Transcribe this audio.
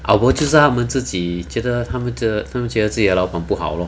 ah bo 就是他们自己觉得他们觉得自己的老板不好 lor